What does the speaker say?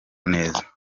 neza